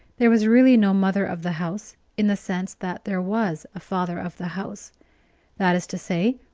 there was really no mother of the house in the sense that there was a father of the house that is to say,